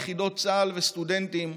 יחידות צה"ל וסטודנטים,